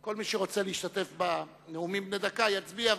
כל מי שרוצה להשתתף בנאומים בני דקה יצביע,